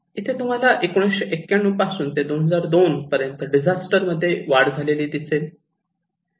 इथे तुम्हाला 1991 पासून ते 2002 पर्यंत डिझास्टर मध्ये वाढ झालेली दिसेल